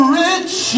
rich